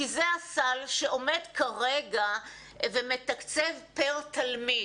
כי זה הסל שעומד כרגע ומתקצב פר תלמיד.